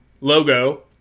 logo